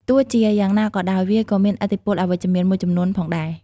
ទោះជាយ៉ាងណាក៏ដោយ វាក៏មានឥទ្ធិពលអវិជ្ជមានមួយចំនួនផងដែរ។